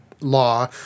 law